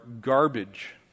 garbage